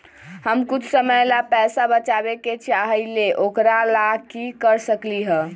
हम कुछ समय ला पैसा बचाबे के चाहईले ओकरा ला की कर सकली ह?